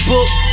book